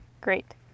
great